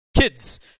Kids